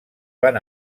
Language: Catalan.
van